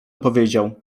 powiedział